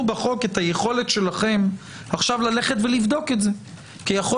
בחוק את היכולת שלכם עכשיו ללכת ולבדוק את זה כי יכול